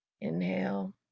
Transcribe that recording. Inhale